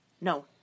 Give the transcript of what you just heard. No